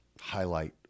highlight